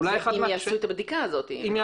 אחד